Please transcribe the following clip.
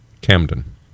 Camden